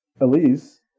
Elise